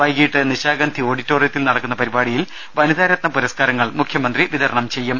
വൈകീട്ട് നിശാഗന്ധി ഓഡിറ്റോറിയത്തിൽ നടക്കുന്ന പരിപാടിയിൽ വനി താരത്ന പുരസ്കാരങ്ങൾ മുഖ്യമന്ത്രി വിതരണം ചെയ്യും